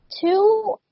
two